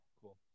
cool